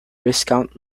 viscount